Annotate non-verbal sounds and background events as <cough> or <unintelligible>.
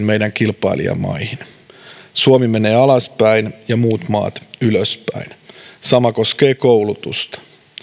<unintelligible> meidän kilpailijamaihin nähden suomi menee alaspäin ja muut maat ylöspäin sama koskee koulutusta